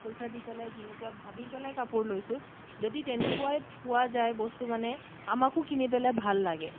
পইচা দি পেলাই যেনেকুৱা ভাবি পেলাই কাপোৰ লৈছোঁ যদি তেনেকুৱাই পোৱা যায় বস্তু মানে আমাকো কিনি পেলাই ভাল লাগে